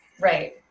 Right